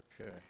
Okay